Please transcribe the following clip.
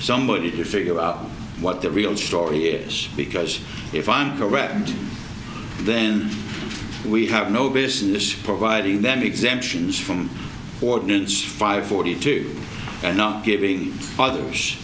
somebody to figure out what the real story is because if i'm correct then we have no business providing them exemptions from ordinance five forty two and giving